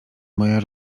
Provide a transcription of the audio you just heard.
moja